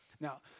Now